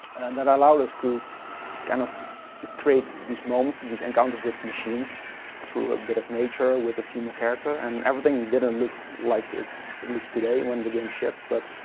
that allowed us to kind of create these moments, these encounters with machines through a bit of nature with a female character, and everything didn't look like it looks today when the game shipped but